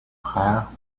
frère